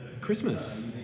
Christmas